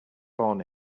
born